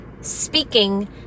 speaking